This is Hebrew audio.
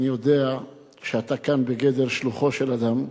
אני יודע שאתה כאן בגדר שלוחו של אדם,